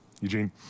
Eugene